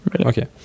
Okay